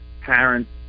parents